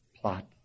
plot